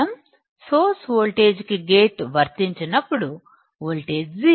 మనం source voltage కి gate వర్తించనప్పుడు వోల్టేజ్ 0